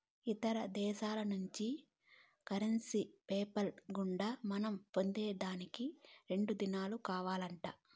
ఇతర దేశాల్నుంచి currency PayPal గుండా మనం పొందేదానికి రెండు దినాలు కావాలంట